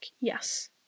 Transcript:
yes